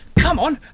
come on,